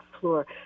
floor